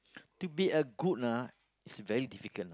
to be a good lah is very difficult